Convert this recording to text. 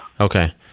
Okay